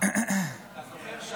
אתה זוכר,